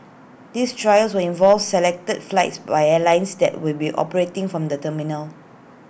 this trials will involve selected flights by airlines that will be operating from the terminal